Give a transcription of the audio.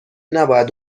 نباید